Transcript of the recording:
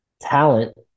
talent